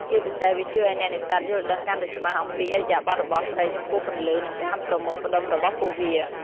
ជាពិសេស វាជួយឱ្យអ្នកនេសាទយល់ដឹងកាន់តែច្បាស់អំពីឥរិយាបថរបស់ត្រីចំពោះពន្លឺ និងការប្រមូលផ្តុំរបស់ពួកវា។